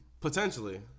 potentially